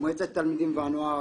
מועצת התלמידים והנוער הארצית.